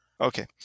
Okay